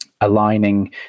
aligning